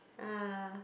uh